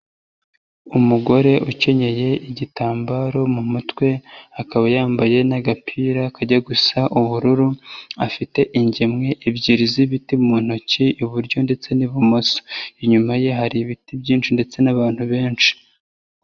Umugore ukenyeye igitambaro mu mutwe, akaba yambaye n'agapira kajya gusa ubururu, afite ingemwe ebyiri z'ibiti mu ntoki, iburyo ndetse n'ibumoso. Inyuma ye hari ibiti byinshi ndetse n'abantu benshi.